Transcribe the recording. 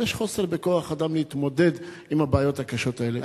אבל יש חוסר בכוח אדם להתמודד עם הבעיות הקשות האלה.